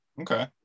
okay